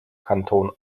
kanton